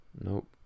Nope